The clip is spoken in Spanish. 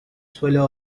suelo